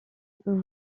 peut